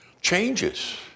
changes